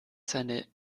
seine